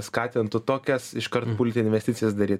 skatintų tokias iškart pult investicijas daryt